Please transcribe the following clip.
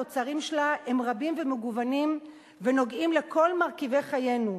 התוצרים שלה הם רבים ומגוונים ונוגעים לכל מרכיבי חיינו: